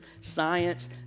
Science